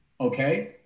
Okay